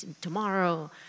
tomorrow